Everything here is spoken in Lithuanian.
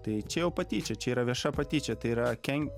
tai čia jau patyčia čia yra vieša patyčia tai yra ken